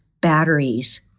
batteries